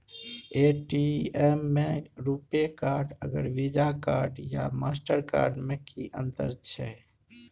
ATM में RuPay card आर Visa card या मास्टर कार्ड में कि अतंर छै?